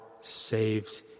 saved